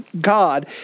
God